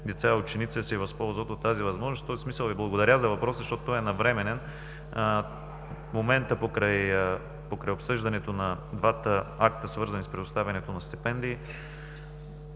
деца и ученици да се възползват от тази възможност. В този смисъл Ви благодаря за въпроса, защото той е навременен. В момента се обсъждат двата акта, свързани с предоставянето на стипендии,